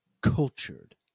cultured